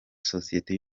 sosiyete